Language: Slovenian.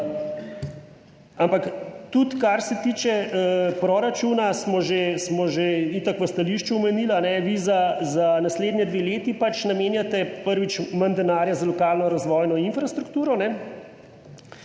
ampak tudi kar se tiče proračuna, smo že itak v stališču omenili, vi za naslednji dve leti namenjate, prvič, manj denarja za lokalno razvojno infrastrukturo,